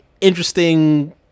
interesting